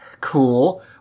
Cool